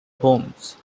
holmes